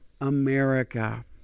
america